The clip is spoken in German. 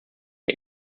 der